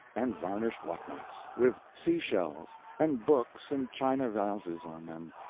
and varnished what-nots, with sea-shells and books and china vases on them,